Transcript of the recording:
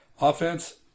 offense